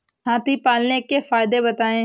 हाथी पालने के फायदे बताए?